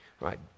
right